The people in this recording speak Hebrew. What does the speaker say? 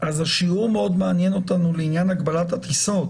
אז השיעור מאוד מעניין אותנו לעניין הגבלת הטיסות